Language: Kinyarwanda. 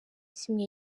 kimwe